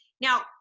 Now